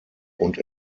und